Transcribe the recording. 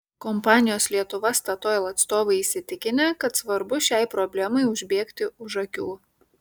kompanijos lietuva statoil atstovai įsitikinę kad svarbu šiai problemai užbėgti už akių